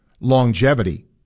longevity